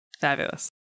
Fabulous